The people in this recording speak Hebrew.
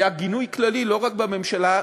היה גינוי כללי לא רק בממשלה,